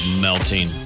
melting